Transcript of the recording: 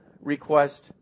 request